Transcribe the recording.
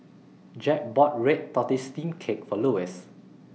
Jeb bought Red Tortoise Steamed Cake For Lewis